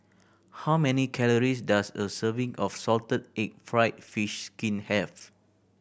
how many calories does a serving of salted egg fried fish skin have